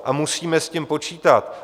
A musíme s tím počítat.